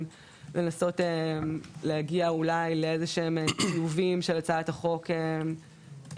לנסות להגיע אולי לאיזה שהן טיובים של הצעת החוק שתהיה,